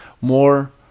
more